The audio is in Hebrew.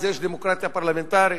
אז יש דמוקרטיה פרלמנטרית.